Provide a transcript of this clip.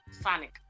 sonic